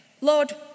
Lord